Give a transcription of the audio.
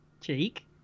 Cheek